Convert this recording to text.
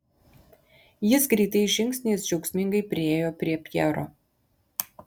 jis greitais žingsniais džiaugsmingai priėjo prie pjero